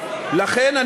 לכן,